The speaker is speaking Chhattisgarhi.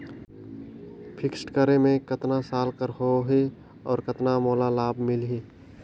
फिक्स्ड करे मे कतना साल कर हो ही और कतना मोला लाभ मिल ही?